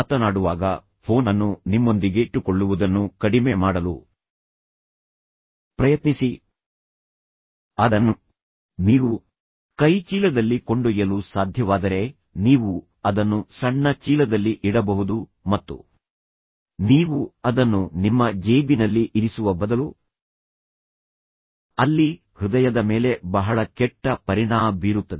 ಮಾತನಾಡುವಾಗ ಫೋನ್ ಅನ್ನು ನಿಮ್ಮೊಂದಿಗೆ ಇಟ್ಟುಕೊಳ್ಳುವುದನ್ನು ಕಡಿಮೆ ಮಾಡಲು ಪ್ರಯತ್ನಿಸಿ ಅದನ್ನು ನೀವು ಕೈಚೀಲದಲ್ಲಿ ಕೊಂಡೊಯ್ಯಲು ಸಾಧ್ಯವಾದರೆ ನೀವು ಅದನ್ನು ಸಣ್ಣ ಚೀಲದಲ್ಲಿ ಇಡಬಹುದು ಮತ್ತು ನೀವು ಅದನ್ನು ನಿಮ್ಮ ಜೇಬಿನಲ್ಲಿ ಇರಿಸುವ ಬದಲು ಅಲ್ಲಿ ಹೃದಯದ ಮೇಲೆ ಬಹಳ ಕೆಟ್ಟ ಪರಿಣಾಮ ಬೀರುತ್ತದೆ